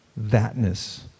thatness